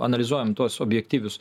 analizuojant tuos objektyvius